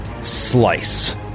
slice